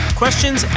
questions